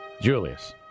Julius